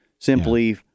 Simply